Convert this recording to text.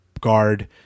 guard